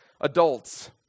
adults